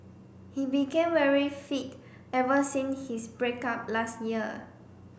he became very fit ever since his break up last year